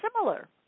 similar